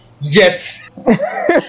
yes